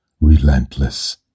relentless